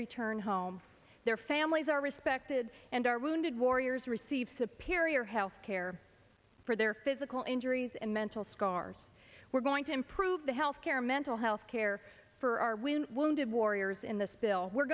return home their families are respected and our wounded warriors receive sapir your health care for their physical injuries and mental scars we're going to improve the health care mental health care for our when wounded warriors in th